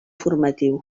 formatiu